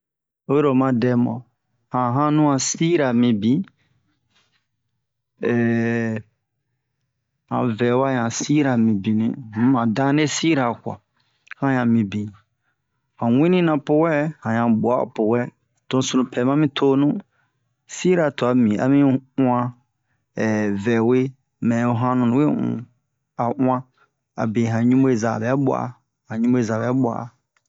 Oyi ro oma dɛmu han hanu'a sira mibin han vɛwa yan sira mibini um han dane sira kwa han yan mibin yan winina po wɛ han yan bua'a po wɛ to sunu pɛ ma mi tonu sira tu'a mibin a mi uwan vɛwe mɛ ho hanu ni we u a uwan abe han ɲubeza bə bua'a han ɲubeza bɛ bua'a